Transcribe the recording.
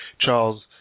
Charles